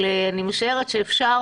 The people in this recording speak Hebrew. אבל אני משערת שאפשר,